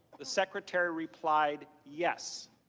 the secretary replied yes.